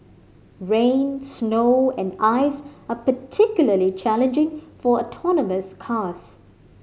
rain snow and ice are particularly challenging for autonomous cars